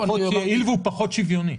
הואיל והוא פחות שוויוני.